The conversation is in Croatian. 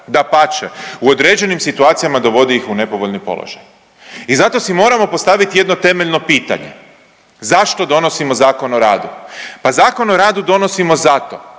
Dapače u određenim situacijama dovodi ih u nepovoljni položaj. I zato si moramo postaviti jedno temeljno pitanje zašto donosimo Zakon o radu? Pa Zakon o radu donosimo zato